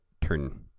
turn